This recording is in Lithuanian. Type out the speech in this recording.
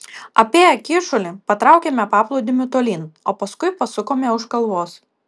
apėję kyšulį patraukėme paplūdimiu tolyn o paskui pasukome už kalvos